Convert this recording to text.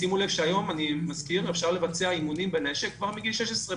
שימו לב שהיום אפשר לבצע אימונים בנשק כבר מגיל 16,